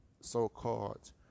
so-called